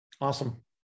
Awesome